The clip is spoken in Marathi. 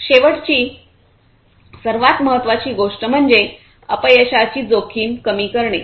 शेवटची सर्वात महत्वाची गोष्ट म्हणजे अपयशाची जोखीम कमी करणे